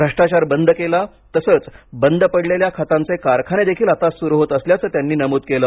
भ्रष्टाचार बंद केला तसंच बंद पडलेल्या खतांचे कारखानेदेखील आता सुरू होत असल्याचं त्यांनी नमूद केले